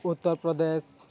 Uttar Pradesh